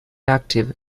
active